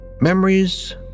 Memories